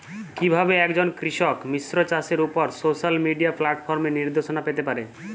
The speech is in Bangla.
কিভাবে একজন কৃষক মিশ্র চাষের উপর সোশ্যাল মিডিয়া প্ল্যাটফর্মে নির্দেশনা পেতে পারে?